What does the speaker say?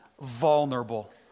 vulnerable